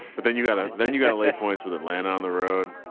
but then you gotta, then you gotta lay points with atlanta on the road.